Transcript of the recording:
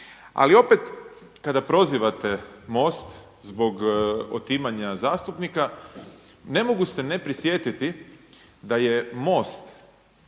Ali opet kada prozivate MOST zbog otimanja zastupnika, ne mogu se ne prisjetiti da je MOST